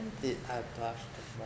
did I blush the most